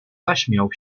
zaśmiał